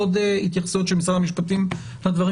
עוד התייחסות של משרד המשפטים לדברים